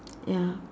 ya